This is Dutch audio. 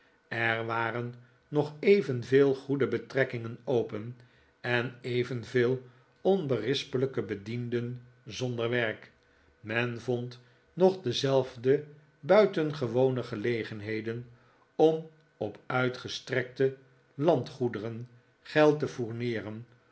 er waren nog evenveel goede betrekkingen open en evenveel onberispelijke bedienden zonder werk men vond nog dezelfde buitengewone gelegenheden om op uitgestrekte landgoederen geld te fourneeren